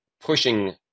pushing